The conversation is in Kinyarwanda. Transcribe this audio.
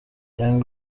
young